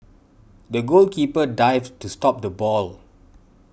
the goalkeeper dived to stop the ball